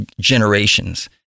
generations